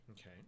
Okay